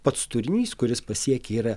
pats turinys kuris pasiekė yra